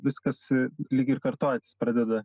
viskas lyg ir kartotis pradeda